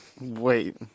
Wait